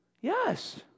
Yes